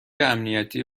امنیتی